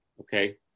okay